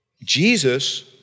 Jesus